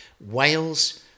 Wales